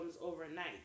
overnight